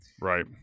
Right